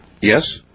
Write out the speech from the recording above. Yes